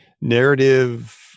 narrative